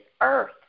earth